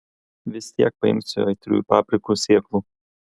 vis tiek paimsiu aitriųjų paprikų sėklų